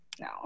no